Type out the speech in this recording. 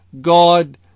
God